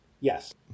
yes